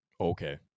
Okay